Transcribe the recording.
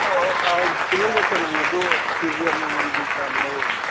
ꯍꯣꯏ ꯍꯣꯏ ꯇꯤꯜꯍꯧꯒ ꯆꯅꯝꯒꯗꯨ ꯀꯦ ꯖꯤ ꯑꯃꯃꯝꯒꯤ ꯆꯥꯡ ꯂꯧꯔꯒꯦ